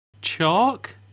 chalk